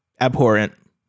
abhorrent